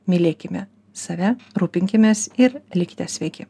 mylėkime save rūpinkimės ir likite sveiki